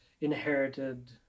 inherited